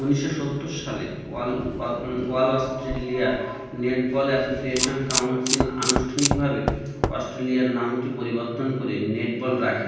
ঊনিশশো সত্তর সালে all uh all Australia netball association council আনুষ্ঠানিকভাবে অস্ট্রেলিয়ার নামটি পরিবর্তন করে নেটবল রাখে